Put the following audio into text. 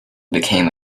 became